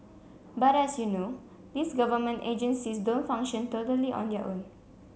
but as you know these government agencies don't function totally on their own